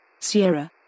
Sierra